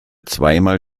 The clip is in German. zweimal